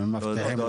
אנחנו מבטיחים לך.